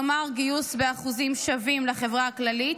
כלומר גיוס באחוזים שווים לחברה הכללית,